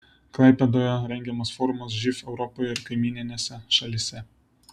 klaipėdoje rengiamas forumas živ europoje ir kaimyninėse šalyse